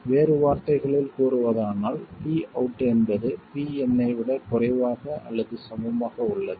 வேறு வார்த்தைகளில் கூறுவதானால் Pout என்பது Pin ஐ விட குறைவாக அல்லது சமமாக உள்ளது